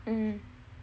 mm